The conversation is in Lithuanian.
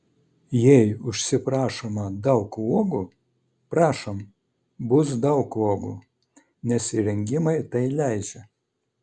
jei užsiprašoma daug uogų prašom bus daug uogų nes įrengimai tai leidžia